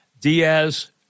Diaz